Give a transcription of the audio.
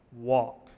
walk